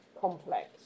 complex